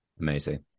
Amazing